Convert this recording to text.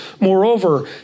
moreover